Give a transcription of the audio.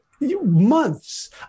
months